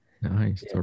Nice